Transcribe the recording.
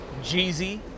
Jeezy